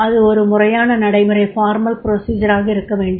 அது ஒரு முறையான நடைமுறை யாக இருக்க வேண்டும்